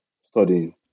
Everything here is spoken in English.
studying